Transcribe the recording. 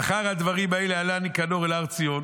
"אחר הדברים האלה עלה ניקנור אל הר ציון.